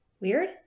weird